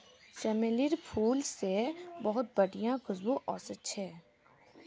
चमेलीर फूल से बहुत बढ़िया खुशबू वशछे